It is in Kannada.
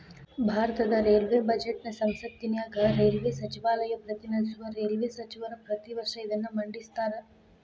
ಭಾರತದ ರೈಲ್ವೇ ಬಜೆಟ್ನ ಸಂಸತ್ತಿನ್ಯಾಗ ರೈಲ್ವೇ ಸಚಿವಾಲಯ ಪ್ರತಿನಿಧಿಸುವ ರೈಲ್ವೇ ಸಚಿವರ ಪ್ರತಿ ವರ್ಷ ಇದನ್ನ ಮಂಡಿಸ್ತಾರ